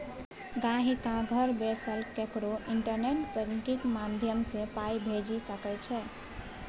गांहिकी घर बैसल ककरो इंटरनेट बैंकिंग माध्यमसँ पाइ भेजि सकै छै